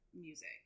music